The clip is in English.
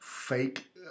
fake